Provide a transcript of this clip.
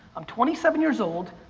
i'm twenty seven years old.